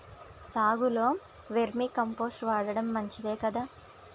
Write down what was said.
సాగులో vermi compost వాడటం మంచిదే కదా?